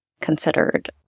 considered